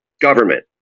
government